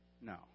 no